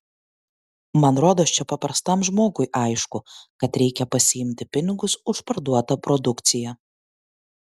man rodos čia paprastam žmogui aišku kad reikia pasiimti pinigus už parduotą produkciją